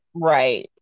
Right